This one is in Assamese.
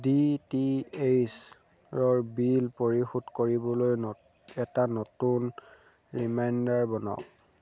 ডি টি এইচৰ বিল পৰিশোধ কৰিবলৈ এটা নতুন ৰিমাইণ্ডাৰ বনাওক